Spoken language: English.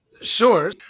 Sure